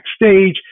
backstage